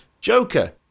Joker